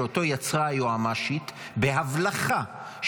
שיצרה היועמ"שית בהבלחה,